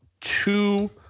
two